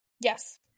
Yes